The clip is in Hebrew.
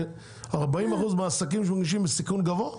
40% מהעסקים שמגישים נמצאים בסיכון גבוה?